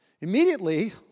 Immediately